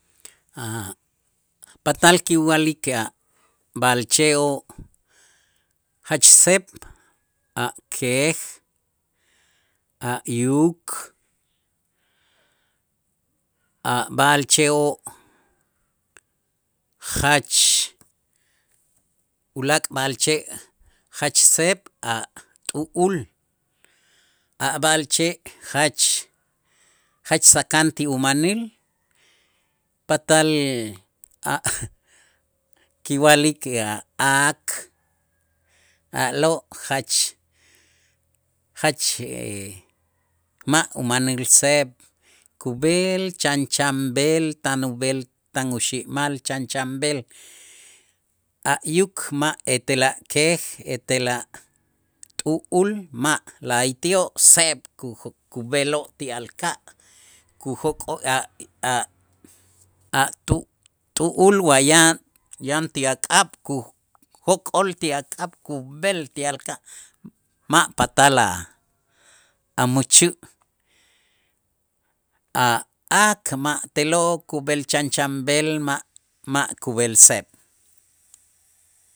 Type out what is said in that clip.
Patal kiwa'lik a' b'a'alche'oo' jach seeb' a' keej, a' yuk, a' b'a'alche'oo' jach ulaak' b'a'alche' jach seeb' a' t'u'ul, a' b'a'alche' jach jach sakan ti umanil patal a' kiwa'lik a' aak a'lo' jach jach ma' umanil seeb', kub'el chanchanb'el ta ub'el tan uxi'mal chanchanb'el, a' yuk ma' etel a' keej etel a' t'u'ul ma', la'ayti'oo' seeb' kub'eloo' ti alka' kujoko a' a' a' t'u- t'u'ul wa ya- yan ti ak'ab' kujok'ol ti ak'ab' kub'el ti alka', ma' patal a mächä', a' aak ma' te'lo' kub'el chanchanb'el ma' ma' kub'el seeb'.